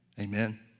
Amen